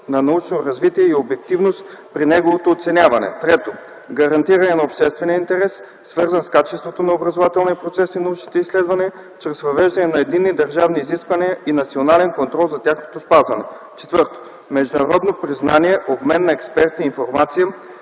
на научно развитие и обективност при неговото оценяване; 3. гарантиране на обществения интерес, свързан с качеството на образователния процес и научните изследвания, чрез въвеждане на единни държавни изисквания и национален контрол за тяхното спазване; 4. международно признание, обмен на експерти и информация